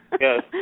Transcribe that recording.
yes